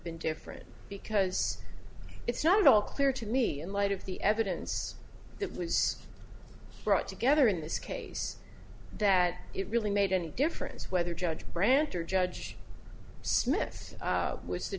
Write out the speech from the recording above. been different because it's not at all clear to me in light of the evidence that was brought together in this case that it really made any difference whether judge branch or judge smith